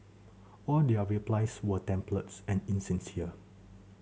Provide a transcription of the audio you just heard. all their replies were templates and insincere